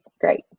great